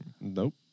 Nope